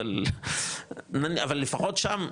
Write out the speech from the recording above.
אבל לפחות שם,